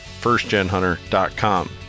firstgenhunter.com